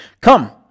Come